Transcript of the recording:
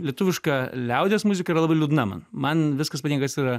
lietuviška liaudies muzika yra labai liūdna man man viskas patinka kas yra